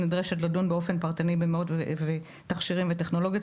שנדרשת לדון באופן פרטני במאות תכשירים וטכנולוגיות